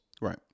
Right